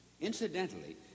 Incidentally